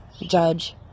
judge